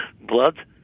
blood